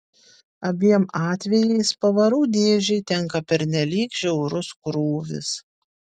abiem atvejais pavarų dėžei tenka pernelyg žiaurus krūvis